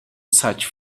search